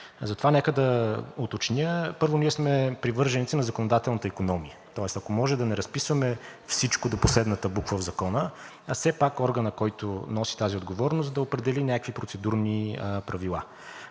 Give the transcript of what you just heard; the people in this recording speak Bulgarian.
затова нека да уточня. Първо, ние сме привърженици на законодателната икономия, тоест, ако може да не разписваме всичко до последната буква в закона, а все пак органът, който носи тази отговорност, да определи някакви процедурни правила.